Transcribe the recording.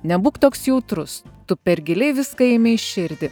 nebūk toks jautrus tu per giliai viską imi į širdį